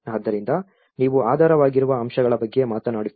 ಆದ್ದರಿಂದ ನೀವು ಆಧಾರವಾಗಿರುವ ಅಂಶಗಳ ಬಗ್ಗೆ ಮಾತನಾಡುತ್ತಿದ್ದೀರಿ